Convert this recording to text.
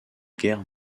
guerres